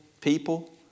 people